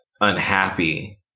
unhappy